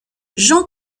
jean